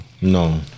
No